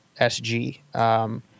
SG